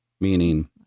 meaning